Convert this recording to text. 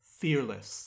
fearless